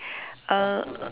err